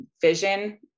vision